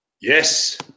yes